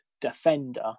defender